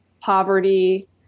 poverty